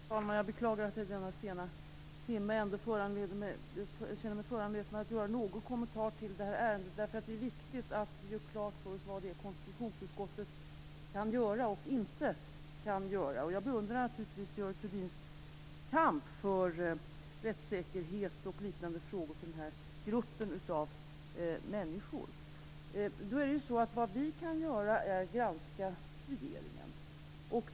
Herr talman! Jag beklagar att jag i denna sena timme känner mig föranledd att ge en kommentar till detta ärende. Det är viktigt att vi har klart för oss vad konstitutionsutskottet kan göra och inte kan göra. Jag beundrar naturligtvis Görel Thurdins kamp för rättssäkerhet och liknande frågor för den här gruppen av människor. Vad konstitutionsutskottet kan göra är att granska regeringen.